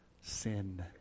sin